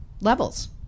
levels